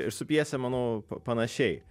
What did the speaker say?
ir su pjese manau panašiai